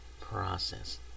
process